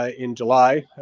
ah in july,